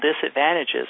disadvantages